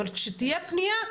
אבל כשתהיה פנייה,